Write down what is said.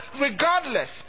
regardless